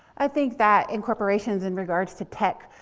i think that, in corporations, in regards to tech,